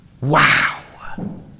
Wow